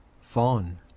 fawn